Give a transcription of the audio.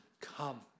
Come